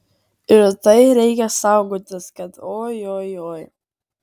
ir tai reikia saugotis kad oi oi oi